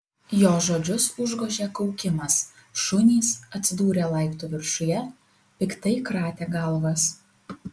jo žodžius užgožė kaukimas šunys atsidūrę laiptų viršuje piktai kratė galvas